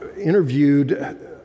interviewed